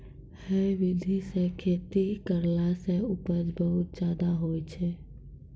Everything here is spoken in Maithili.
है विधि सॅ खेती करला सॅ उपज बहुत ज्यादा होय छै